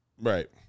Right